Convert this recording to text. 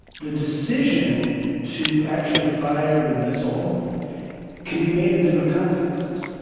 the decision to actually fire the missile can be made in different contexts.